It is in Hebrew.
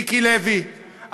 מיקי לוי,